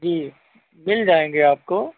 जी मिल जाएँगे आपको